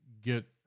get